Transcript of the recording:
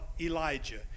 Elijah